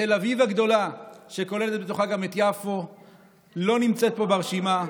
שתל אביב הגדולה שכוללת בתוכה גם את יפו לא נמצאת פה ברשימה,